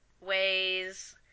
ways